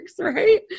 right